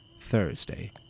Thursday